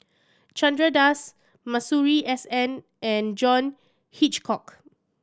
Chandra Das Masuri S N and John Hitchcock